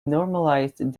normalized